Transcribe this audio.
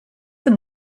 the